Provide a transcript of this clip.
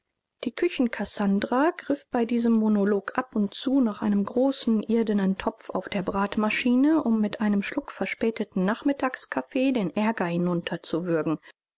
die küchenkassandra griff bei diesem monolog ab und zu nach einem großen irdenen topf auf der bratmaschine um mit einem schluck verspäteten nachmittagskaffees den aerger hinunterzuwürgen